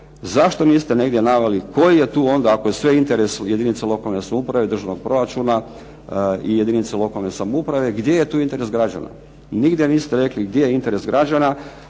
zašto niste nigdje naveli koji je tu onda, ako je sve u interesu jedinica lokalne samouprave, državnog proračuna i jedinica lokalne samouprave gdje je tu interes građana. Nigdje niste rekli gdje je interes građana.